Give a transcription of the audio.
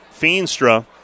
Feenstra